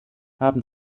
haben